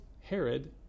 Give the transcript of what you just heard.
Herod